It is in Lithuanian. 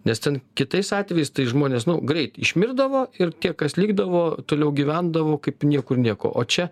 nes ten kitais atvejais tai žmonės greit išmirdavo ir tie kas likdavo toliau gyvendavo kaip niekur nieko o čia